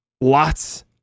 lots